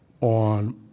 on